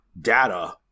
data